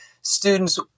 students